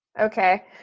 okay